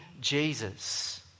Jesus